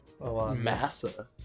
Massa